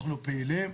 אנחנו פעילים,